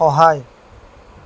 সহায়